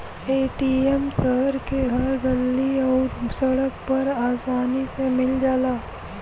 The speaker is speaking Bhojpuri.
ए.टी.एम शहर के हर गल्ली आउर सड़क पर आसानी से मिल जाला